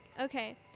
okay